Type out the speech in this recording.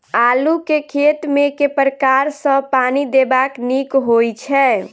आलु केँ खेत मे केँ प्रकार सँ पानि देबाक नीक होइ छै?